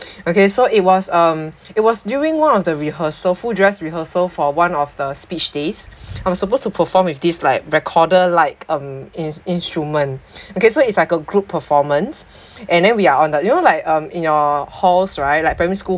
okay so it was um it was during one of the rehearsal full dress rehearsal for one of the speech days I was supposed to perform with this like recorder like um ins~ instrument okay so it's like a group performance and then we are on that you know like um in your halls right like primary school